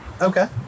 Okay